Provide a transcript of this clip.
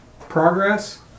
progress